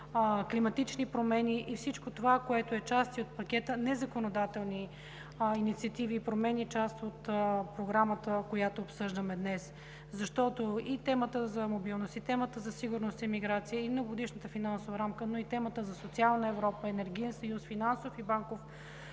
климатични промени и всичко това, което е част от пакета с незаконодателни инициативи и промени, част от Програмата, която обсъждаме днес. И темата за мобилност, и темата за сигурност и миграция, и многогодишната финансова рамка, но и темата за социална Европа, Енергиен съюз, Финансов и банков